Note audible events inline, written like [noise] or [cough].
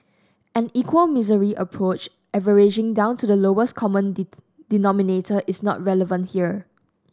an equal misery approach averaging down to the lowest common [unintelligible] denominator is not relevant here